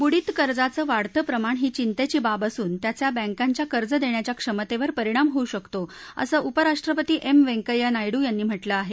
बुडीत कर्जाचं वाढतं प्रमाण ही चिंतेची बाब असून त्याचा बैंकाच्या कर्ज देण्याच्या क्षमतेवर परिणाम होऊ शकतो असं उपराष्ट्रपती एम वैंकय्या नायडू यांनी म्हटलं आहे